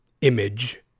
image